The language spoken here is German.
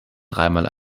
dreimal